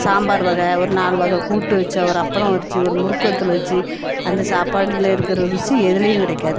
சாம்பார் வகை ஒரு நாலு வகை கூட்டு வச்சி ஒரு அப்பளம் வச்சி ஒரு முறுக்கு வத்தல் வச்சி அந்த சாப்பாடில் இருக்கிற ருசி எதுலேயும் கிடைக்காது